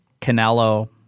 Canelo